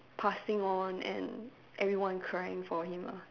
passing on and everyone crying for him lah